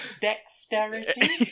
dexterity